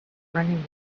running